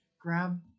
grab